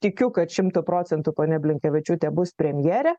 tikiu kad šimtu procentų ponia blinkevičiūtė bus premjere